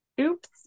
Oops